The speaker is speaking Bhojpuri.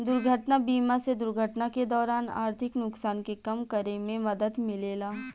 दुर्घटना बीमा से दुर्घटना के दौरान आर्थिक नुकसान के कम करे में मदद मिलेला